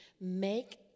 Make